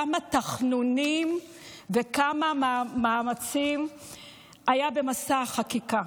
כמה תחנונים וכמה מאמצים היו במסע החקיקה.